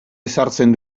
ezartzen